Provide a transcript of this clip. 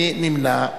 מי נמנע?